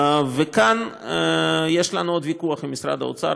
כאן יש לנו עוד ויכוח עם משרד האוצר,